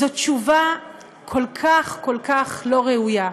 זאת תשובה כל כך כל כך לא ראויה.